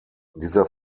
dieser